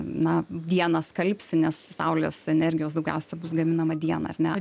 na dieną skalbsi nes saulės energijos daugiausia bus gaminama dieną ar ne